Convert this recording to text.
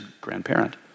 grandparent